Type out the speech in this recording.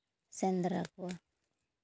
ᱥᱮᱸᱫᱽᱨᱟ ᱠᱚᱣᱟ